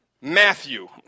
Matthew